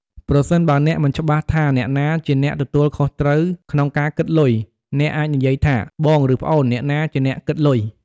ប្រសិនបើអ្នកមិនច្បាស់ថាអ្នកណាជាអ្នកទទួលខុសត្រូវក្នុងការគិតលុយ អ្នកអាចនិយាយថា "បងឬប្អូនអ្នកណាជាអ្នកគិតលុយ?"។